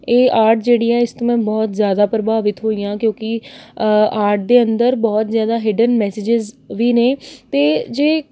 ਇਹ ਆਰਟ ਜਿਹੜੀ ਹੈ ਇਸ ਤੋਂ ਮੈਂ ਬਹੁਤ ਜ਼ਿਆਦਾ ਪ੍ਰਭਾਵਿਤ ਹੋਈ ਹਾਂ ਕਿਉਂਕਿ ਆਰਟ ਦੇ ਅੰਦਰ ਬਹੁਤ ਜ਼ਿਆਦਾ ਹਿਡਨ ਮੈਸੇਜਿਸ ਵੀ ਨੇ ਅਤੇ ਜੇ